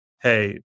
hey